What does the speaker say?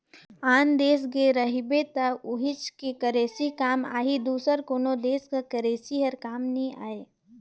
आन देस गे रहिबे त उहींच के करेंसी काम आही दूसर कोनो देस कर करेंसी हर काम नी आए